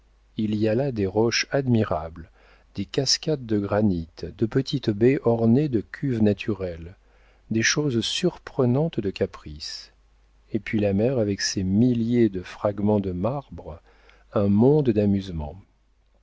il y a là des roches admirables des cascades de granit de petites baies ornées de cuves naturelles des choses surprenantes de caprices et puis la mer avec ses milliers de fragments de marbre un monde d'amusements